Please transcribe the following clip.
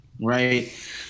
right